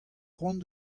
cʼhoant